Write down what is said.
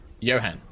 Johan